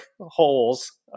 holes